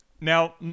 Now